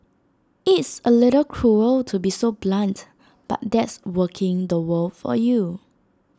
it's A little cruel to be so blunt but that's working the world for you